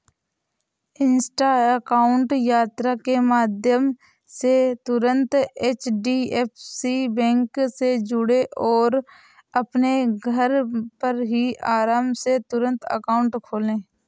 Insta account यात्रा के माध्यम से तुरंत एच.डी.एफ.सी बैंक से जुड़ें और अपने घर पर ही आराम से तुरंत अकाउंट खोले